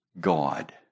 God